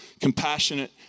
compassionate